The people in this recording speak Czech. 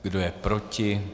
Kdo je proti?